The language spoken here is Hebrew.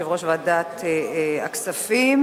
יושב-ראש ועדת הכספים.